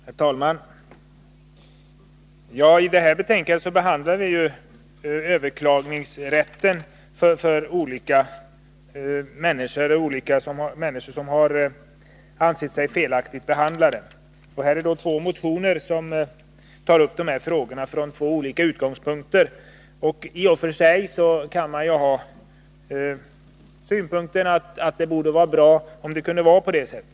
Herr talman! I detta betänkande behandlas överklagningsrätten för olika människor som anser sig felaktigt behandlade. Två olika motioner tar upp dessa frågor från två olika utgångspunkter. I och för sig kan man ha synpunkten att det vore bra med vidgad överklagningsrätt.